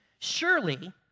Surely